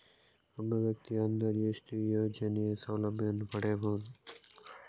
ಒಬ್ಬ ವ್ಯಕ್ತಿಯು ಅಂದಾಜು ಎಷ್ಟು ಯೋಜನೆಯ ಸೌಲಭ್ಯವನ್ನು ಪಡೆಯಬಹುದು?